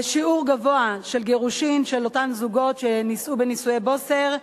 שיעור גבוה של גירושים של אותם זוגות שנישאו בנישואי בוסר,